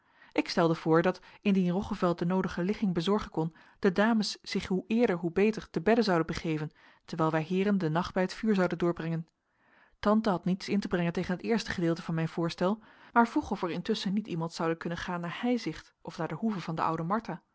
ik stelde voor dat indien roggeveld de noodige ligging bezorgen kon de dames zich hoe eerder hoe beter te bedde zouden begeven terwijl wij heeren den nacht bij het vuur zouden doorbrengen tante had niets in te brengen tegen het eerste gedeelte van mijn voorstel maar vroeg of er intusschen niet iemand zoude kunnen gaan naar heizicht of naar de hoeve van de oude martha